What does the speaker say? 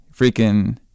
freaking